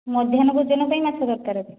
ମଧ୍ୟାହ୍ନ ଭୋଜନ ପାଇଁ ମାଛ ଦରକାର